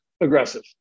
aggressive